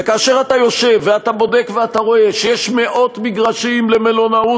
וכאשר אתה יושב ואתה בודק ואתה רואה שיש מאות מגרשים למלונאות,